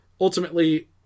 ultimately